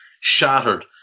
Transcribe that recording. shattered